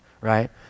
right